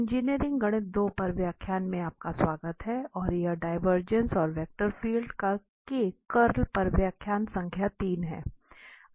engineering गणित 2 पर व्याख्यान में आपका स्वागत है और यह डिवरजेंस और वेक्टर फील्ड के कर्ल पर व्याख्यान संख्या 3 है